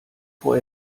vor